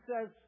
says